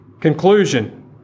Conclusion